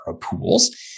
pools